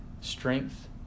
strength